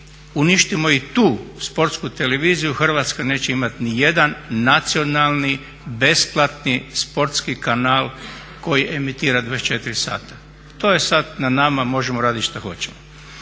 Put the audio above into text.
uništimo i tu Sportsku televiziju Hrvatska neće imati nijedan nacionalni besplatni sportski kanal koji emitira 24 sata. To je sad na nama, možemo radit što hoćemo.